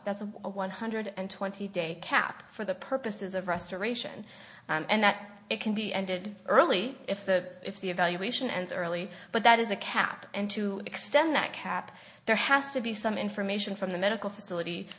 that's a one hundred and twenty day cap for the purposes of restoration and that it can be ended early if that if the evaluation and early but that is a cap and to extend that cap there has to be some information from the medical facilit